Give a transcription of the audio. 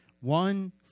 One